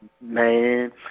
Man